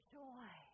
joy